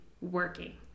working